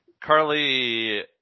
Carly